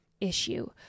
issue